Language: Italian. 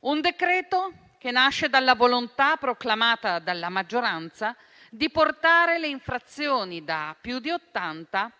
Un decreto che nasce dalla volontà, proclamata dalla maggioranza, di portare le infrazioni da più di 80